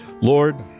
Lord